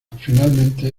finalmente